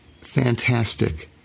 fantastic